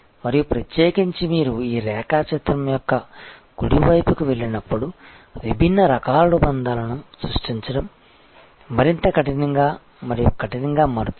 మరియు ప్రత్యేకించి మీరు ఈ రేఖాచిత్రం యొక్క కుడి వైపుకు వెళ్లినప్పుడు విభిన్న రకాల బంధాలను సృష్టించడం మరింత కఠినంగా మరియు కఠినంగా మారుతుంది